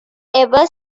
ever